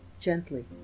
gently